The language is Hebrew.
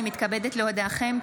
הינני מתכבדת להודיעכם,